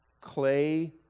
clay